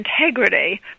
integrity